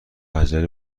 عجله